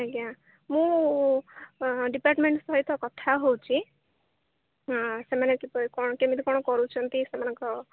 ଆଜ୍ଞା ମୁଁ ଡିପାର୍ଟମେଣ୍ଟ ସହିତ କଥା ହେଉଛି ସେମାନେ କିପରି କଣ କେମିତି କଣ କରୁଛନ୍ତି ସେମାନଙ୍କ